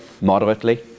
moderately